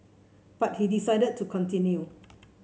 but he decided to continue